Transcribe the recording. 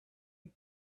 you